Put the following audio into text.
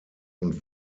und